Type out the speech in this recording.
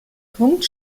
punkt